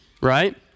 right